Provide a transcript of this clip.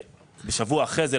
שבוע אחרי זה,